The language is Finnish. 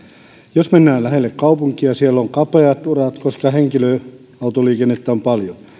jos mennään lähelle kaupunkia siellä on kapeat urat koska henkilöautoliikennettä on paljon